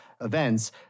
events